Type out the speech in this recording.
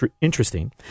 interesting